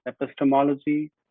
epistemology